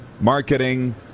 marketing